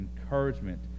encouragement